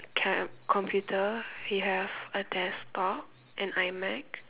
kind of computer they have a desktop and iMac